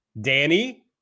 Danny